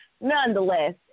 nonetheless